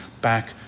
back